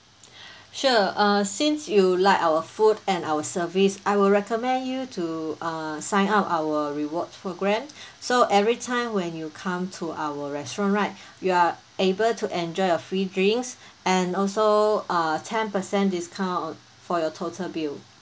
sure uh since you like our food and our service I would recommend you to uh sign up our reward programme so every time when you come to our restaurant right you are able to enjoy a free drinks and also a ten per cent discount for your total bill